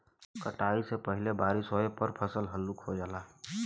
कटाई से पहिले बारिस होये पर फसल हल्लुक हो जाला